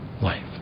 life